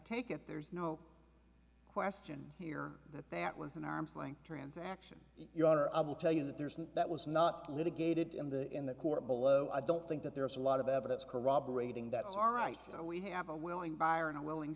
take it there's no question here that that was an arm's length transaction your honor i will tell you that there's no that was not litigated in the in the court below i don't think that there's a lot of evidence corroborating that's all right so we have a willing buyer and willing